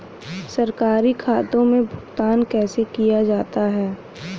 सरकारी खातों में भुगतान कैसे किया जाता है?